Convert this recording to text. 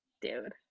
Dude